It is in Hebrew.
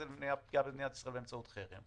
למניעת פגיעה במדינת ישראל באמצעות חרם,